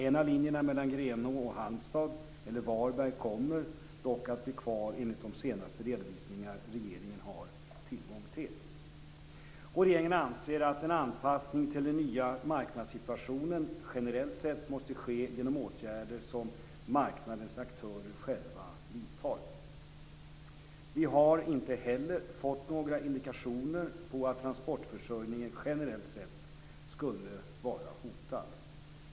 En av linjerna mellan Grenå och Halmstad eller Varberg kommer dock att bli kvar enligt de senaste redovisningar regeringen har tillgång till. Regeringen anser att en anpassning till den nya marknadssituationen generellt sett måste ske genom åtgärder som marknadens aktörer själva vidtar. Vi har inte heller fått några indikationer på att transportförsörjningen generellt sett skulle vara hotad.